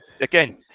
again